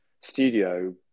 studio